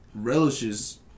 relishes